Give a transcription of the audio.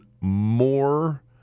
more